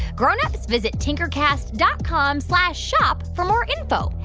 grown-ups, visit tinkercast dot com slash shop for more info.